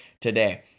today